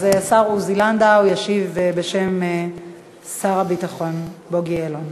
אז השר עוזי לנדאו ישיב בשם שר הביטחון בוגי יעלון.